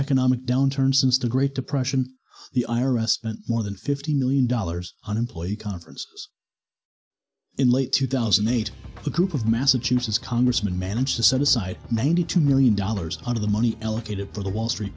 economic downturn since the great depression the ira spent more than fifty million dollars on employee conferences in late two thousand and eight the group of massachusetts congressman managed to set aside ninety two million dollars out of the money allocated for the wall street